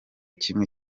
kimwe